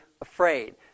afraid